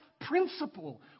principle